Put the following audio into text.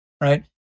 right